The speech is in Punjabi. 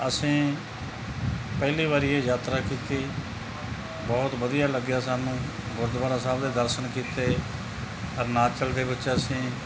ਅਸੀਂ ਪਹਿਲੀ ਵਾਰੀ ਇਹ ਯਾਤਰਾ ਕੀਤੀ ਬਹੁਤ ਵਧੀਆ ਲੱਗਿਆ ਸਾਨੂੰ ਗੁਰਦੁਆਰਾ ਸਾਹਿਬ ਦੇ ਦਰਸ਼ਨ ਕੀਤੇ ਅਰੁਣਾਚਲ ਦੇ ਵਿੱਚ ਅਸੀਂ